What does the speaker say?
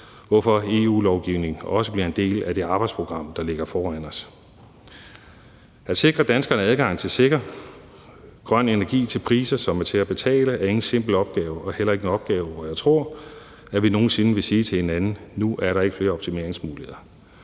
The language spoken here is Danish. hvorfor EU-lovgivning også bliver en del af det arbejdsprogram, der ligger foran os. At sikre danskerne adgang til sikker grøn energi til priser, som er til at betale, er ikke en simpel opgave, og det er heller ikke nogen opgave, hvor jeg tror at vi nogen sinde vil sige til hinanden, at nu er der ikke flere optimeringsmuligheder.